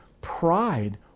pride